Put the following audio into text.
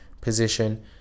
position